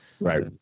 Right